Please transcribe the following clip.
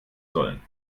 sollen